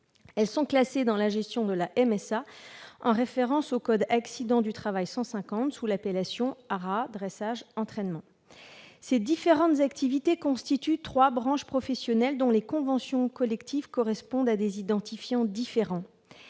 Elles sont classées dans la gestion de la MSA en référence au code accident du travail 150, sous l'appellation « haras, dressage, entraînement ». Ces différentes activités constituent trois branches professionnelles, dont les conventions collectives correspondent à des identifiants différents.